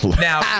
Now